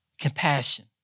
Compassion